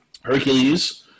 Hercules